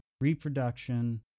reproduction